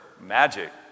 magic